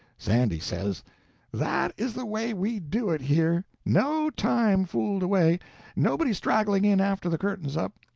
sandy says that is the way we do it here. no time fooled away nobody straggling in after the curtain's up.